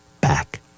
back